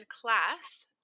class